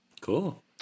Cool